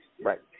Right